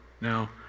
Now